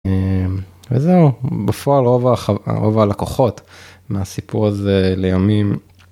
בפועל רוב הלקוחות לא הגיעו בכלל